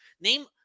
Name